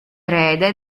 erede